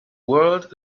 world